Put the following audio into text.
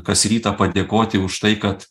kas rytą padėkoti už tai kad